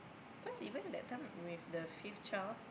cause even that time with the fifth child